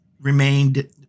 remained